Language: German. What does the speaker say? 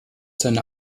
seine